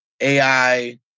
AI